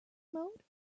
mode